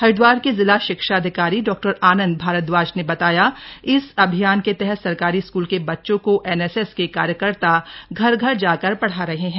हरिद्वार के जिला शिक्षा अधिकारी डॉक्टर आनंद भारद्वाज ने बताया इस अभियान के तहत सरकारी स्कूल के बच्चों को एनएसएस के कार्यकर्ता घर घर जाकर पढ़ा रहे हैं